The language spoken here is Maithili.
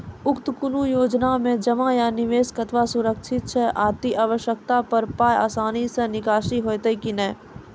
उक्त कुनू योजना मे जमा या निवेश कतवा सुरक्षित छै? अति आवश्यकता पर पाय आसानी सॅ निकासी हेतै की नै?